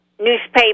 newspaper